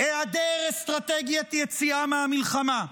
היעדר אסטרטגיית יציאה מהמלחמה,